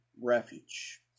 refuge